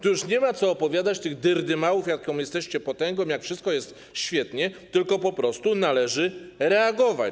Tu już nie ma co opowiadać tych dyrdymałów, jaką jesteście potęgą, jak wszystko jest świetnie, tylko po prostu należy reagować.